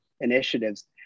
initiatives